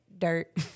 Dirt